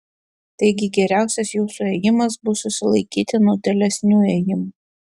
taigi geriausias jūsų ėjimas bus susilaikyti nuo tolesnių ėjimų